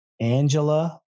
Angela